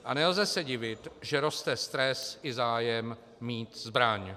A nelze se divit, že roste stres i zájem mít zbraň.